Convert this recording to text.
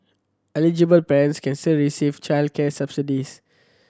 eligible parents can still receive childcare subsidies